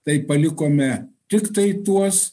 tai palikome tiktai tuos